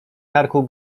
karku